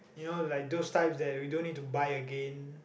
you know like those types that we don't need to buy again